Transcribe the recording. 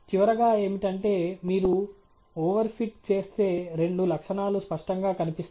చివరగా ఏమిటంటే మీరు ఓవర్ ఫిట్ చేస్తే రెండు లక్షణాలు స్పష్టంగా కనిపిస్తాయి